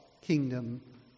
kingdom